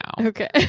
okay